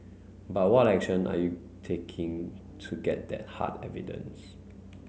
but what action are you taking to get that hard evidence